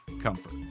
comfort